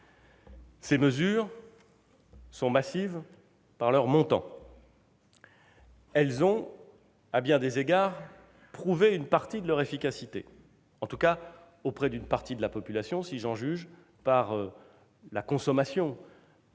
Ces mesures, massives par leur montant, ont, à bien des égards, prouvé une partie de leur efficacité, en tout cas auprès d'une partie de la population, si j'en juge par la consommation,